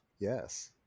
Yes